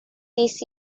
this